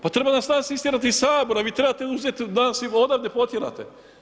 Pa treba nas danas istjerati iz sabora vi trebate uzet …/nerazumljivo/… da nas odavde potjerate.